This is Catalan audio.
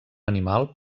animal